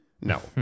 No